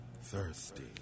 thirsty